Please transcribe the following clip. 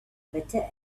bitter